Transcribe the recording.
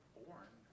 born